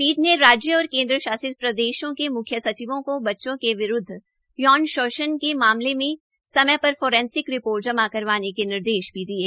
पीठ ने राज्य और केन्द्र शासित प्रदेशों के म्ख्य सचिवों की बच्चों के विरूदव शोषण के मामले में समय पर फोरेंसिग रिपोर्ट जमा करवाने के निर्देश भी दिये